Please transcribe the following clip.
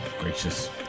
Gracious